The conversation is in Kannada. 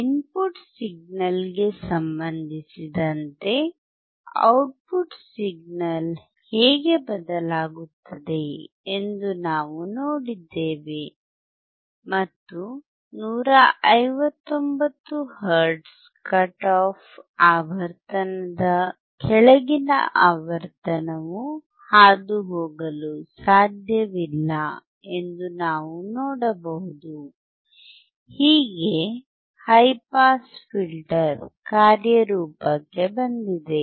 ಇನ್ಪುಟ್ ಸಿಗ್ನಲ್ಗೆ ಸಂಬಂಧಿಸಿದಂತೆ ಔಟ್ಪುಟ್ ಸಿಗ್ನಲ್ ಹೇಗೆ ಬದಲಾಗುತ್ತದೆ ಎಂದು ನಾವು ನೋಡಿದ್ದೇವೆ ಮತ್ತು 159 ಹರ್ಟ್ಜ್ನ ಕಟ್ ಆಫ್ ಆವರ್ತನದ ಕೆಳಗಿನ ಆವರ್ತನವು ಹಾದುಹೋಗಲು ಸಾಧ್ಯವಿಲ್ಲ ಎಂದು ನಾವು ನೋಡಬಹುದು ಹೀಗೆ ಹೈ ಪಾಸ್ ಫಿಲ್ಟರ್ ಕಾರ್ಯರೂಪಕ್ಕೆ ಬಂದಿದೆ